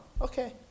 okay